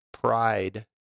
pride